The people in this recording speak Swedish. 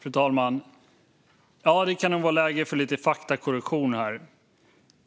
Fru talman! Det kan nog vara läge för lite faktakorrektion.